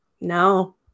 No